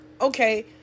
Okay